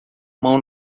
mão